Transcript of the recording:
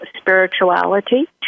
Spirituality